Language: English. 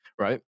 right